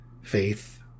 Faith